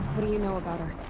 what do you know about her?